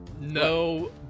no